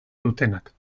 dutenak